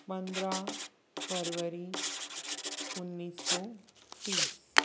पंद्रह फरवरी उन्नीस सौ तीस